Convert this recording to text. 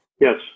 Yes